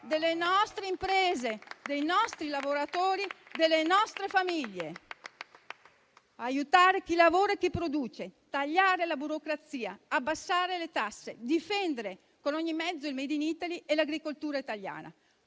delle nostre imprese, dei nostri lavoratori e delle nostre famiglie. Aiutare chi lavora e chi produce, tagliare la burocrazia, abbassare le tasse, difendere con ogni mezzo il *made in Italy* e l'agricoltura italiana: